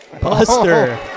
Buster